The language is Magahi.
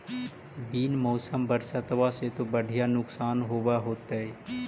बिन मौसम बरसतबा से तो बढ़िया नुक्सान होब होतै?